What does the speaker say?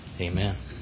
Amen